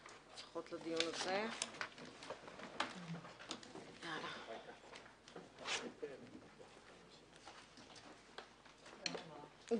12:00.